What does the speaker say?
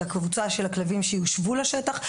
לקבוצה של הכלבים שיושבו לשטח,